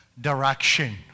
direction